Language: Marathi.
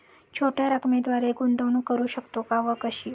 छोट्या रकमेद्वारे गुंतवणूक करू शकतो का व कशी?